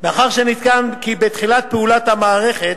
מאחר שנטען כי בתחילת פעולת המערכת